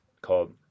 called